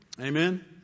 Amen